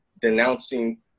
denouncing